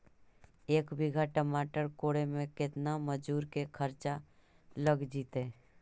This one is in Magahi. एक बिघा टमाटर कोड़े मे केतना मजुर के खर्चा लग जितै?